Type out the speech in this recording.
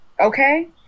okay